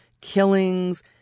killings